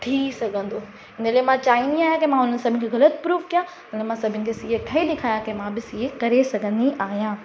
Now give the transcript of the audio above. थी सघंदो ऐं मां चाहींदी आहियां की मां हुन सभिनि खे ग़लति प्रूफ कयां ऐं मां सभिनि खे सी ए ठही ॾेखारियां की मां बि सी ए करे सघंदी आहियां